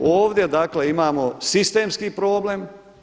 Ovdje dakle imamo sistemski problem.